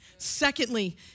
Secondly